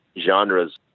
genres